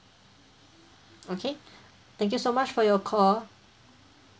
okay thank you so much for your call